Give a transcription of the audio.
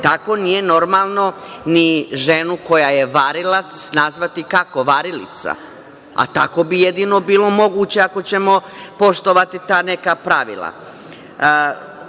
tako nije normalno ni ženu koja je varilac nazvati kako varilica, a tako bi jedino bilo moguće, ako ćemo poštovati ta neka pravila.